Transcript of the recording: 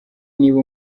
niba